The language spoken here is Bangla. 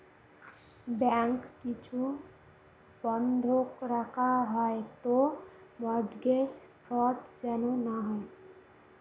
ব্যাঙ্ক কিছু বন্ধক রাখা হয় তো মর্টগেজ ফ্রড যেন না হয়